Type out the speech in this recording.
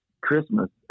Christmas